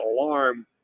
alarm